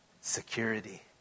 Security